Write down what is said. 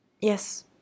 Yes